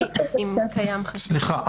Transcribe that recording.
סליחה,